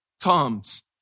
comes